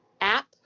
app